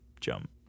jump